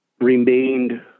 remained